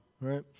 right